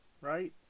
right